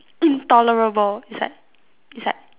intolerable it's like it's like